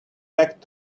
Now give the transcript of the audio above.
back